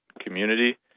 community